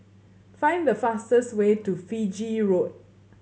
find the fastest way to Fiji Road